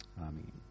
Amen